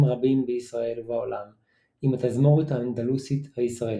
רבים בישראל ובעולם עם התזמורת האנדלוסית הישראלית,